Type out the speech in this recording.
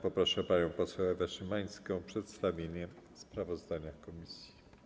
Proszę panią poseł Ewę Szymańską o przedstawienie sprawozdania komisji.